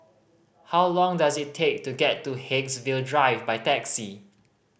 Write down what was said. how long does it take to get to Haigsville Drive by taxi